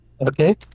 Okay